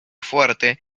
fuerte